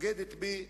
בוגדת בי,